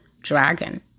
dragon